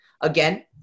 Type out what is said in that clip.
Again